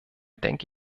denke